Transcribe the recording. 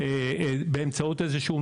היום היינו